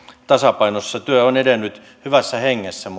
tasapainossa työ on edennyt hyvässä hengessä